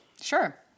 Sure